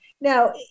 now